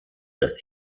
das